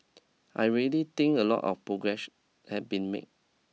I really think a lot of progress has been make